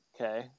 Okay